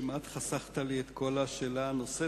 כמעט חסכת לי את כל השאלה הנוספת,